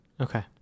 Okay